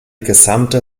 gesamte